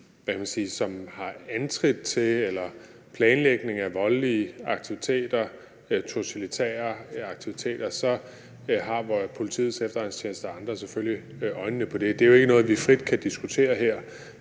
som har ansats til eller er planlægning af voldelige aktiviteter og totalitære aktiviteter, så har Politiets Efterretningstjeneste og andre selvfølgelig øjnene på det. Det er jo ikke noget, vi frit kan diskutere her